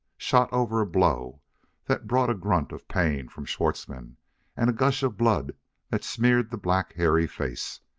shot over a blow that brought a grunt of pain from schwartzmann and a gush of blood that smeared the black, hairy face.